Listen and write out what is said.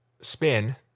spin